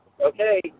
okay